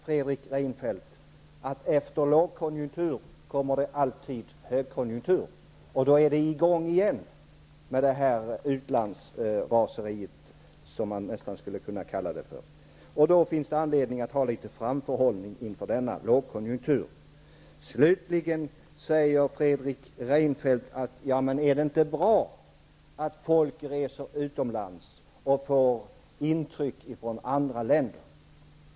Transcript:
Fredrik Reinfeldt, efter lågkonjuktur kommer alltid en högkonjunktur, och då kommer detta utlandsraseri i gång igen. Då finns det anledning att ha litet framförhållning. Slutligen frågar Fredrik Reinfeldt om det inte är bra att folk reser utomlands och får intryck från andra länder.